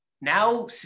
now